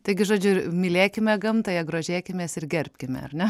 taigi žodžiu ir mylėkime gamtą ją grožėkimės ir gerbkime ar ne